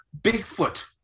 Bigfoot